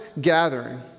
gathering